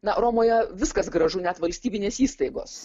na romoje viskas gražu net valstybinės įstaigos